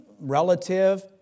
relative